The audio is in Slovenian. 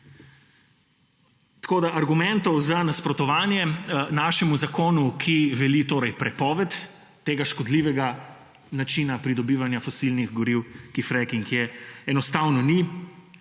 Tako argumentov za nasprotovanje našemu zakonu, ki veli torej prepoved tega škodljivega načina pridobivanja fosilnih goriv, ki fracking je, enostavno ni.